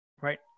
right